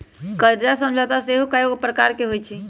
कर्जा समझौता सेहो कयगो प्रकार के होइ छइ